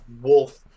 wolf